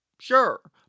Sure